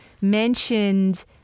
mentioned